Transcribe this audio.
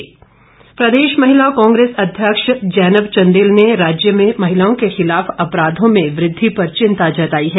महिला कांग्रेस प्रदेश महिला कांग्रेस अध्यक्ष जैनब चंदेल ने राज्य में महिलाओं के खिलाफ अपराधों में वृद्धि पर चिंता जताई है